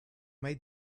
made